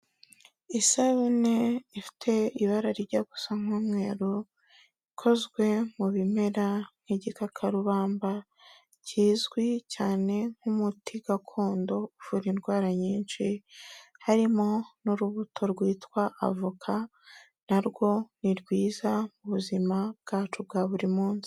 Isabune ifite ibara rijya gusa nk'umweru, ikozwe mu bimera nk'igikakarubamba kizwi cyane nk'umuti gakondo uvura indwara nyinshi, harimo n'urubuto rwitwa avoka, na rwo ni rwiza mu buzima bwacu bwa buri munsi.